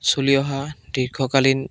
চলি অহা দীৰ্ঘকালীন